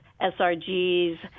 SRG's